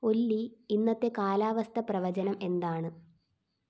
ഒല്ലി ഇന്നത്തെ കാലാവസ്ഥ പ്രവചനം എന്താണ്